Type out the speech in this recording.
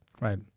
Right